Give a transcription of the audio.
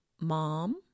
Mom